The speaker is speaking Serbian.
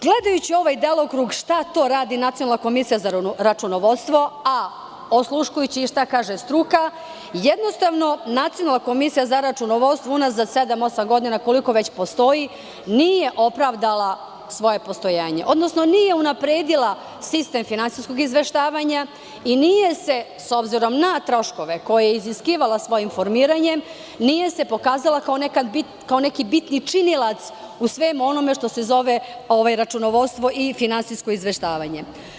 Gledajući ovaj delokrug šta to radi Nacionalna komisija za računovodstvo, a odsluškujući i šta kaže struka, jednostavno, Nacionalna komisija za računovodstvo unazad sedam, osam godina, koliko već postoji, nije opravdala svoje postojanje, odnosno nije unapredila sistem finansijskog izveštavanja i nije se, s obzirom na troškove koje je iziskivala svojim formiranjem, pokazala kao neki bitni činilac u svemu onome što se zove računovodstvo i finansijsko izveštavanja.